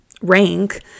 rank